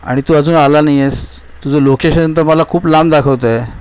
आणि तू अजून आला नाही आहेस तुझं लोकेशन तर मला खूप लांब दाखवतं आहे